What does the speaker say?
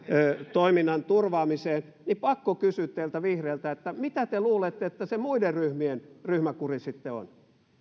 toiminnan turvaamiseen niin on pakko kysyä teiltä vihreiltä mitä te luulette että se muiden ryhmien ryhmäkuri sitten on